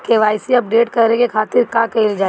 KYC update करे के खातिर का कइल जाइ?